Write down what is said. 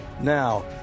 Now